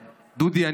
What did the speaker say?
דודי,